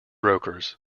brokers